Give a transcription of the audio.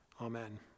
Amen